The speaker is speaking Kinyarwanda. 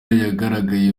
yagaragaye